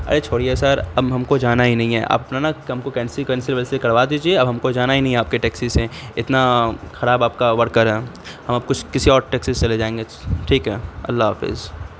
ارے چھوڑیے سر اب ہم کو جانا ہی نہیں ہے آپ اپنا نا ہم کو کینسل وینسل کروا دیجیے اب ہم کو جانا ہی نہیں ہے آپ کے ٹیکسی سے اتنا خراب آپ کا ورکر ہیں ہم اب کچھ کسی اور ٹیکسی سے چلے جائیں گے ٹھیک ہے اللہ حافظ